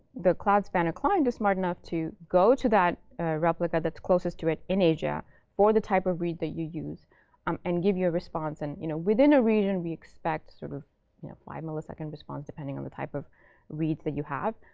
the cloud spanner client is smart enough to go to that replica that's closest to it in asia for the type of read that you use um and give you a response. and you know within a region we expect sort of you know five millisecond response, depending on the type of reads that you have.